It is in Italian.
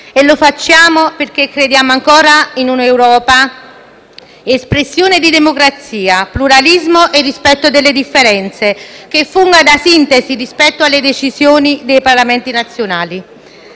e lo facciamo perché crediamo ancora in un'Europa espressione di democrazia, pluralismo e rispetto delle differenze, che funga da sintesi rispetto alle decisioni dei Parlamenti nazionali.